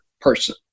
person